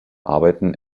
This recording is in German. arbeiten